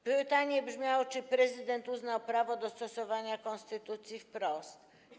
Pytanie brzmiało, czy prezydent uzna prawo do stosowania konstytucji wprost.